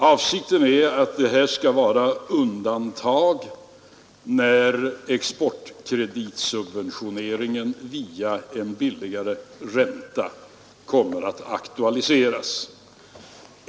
Avsikten är att exportkreditsubventioneringen via en billigare ränta skall aktualiseras endast i undantagsfall.